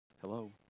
Hello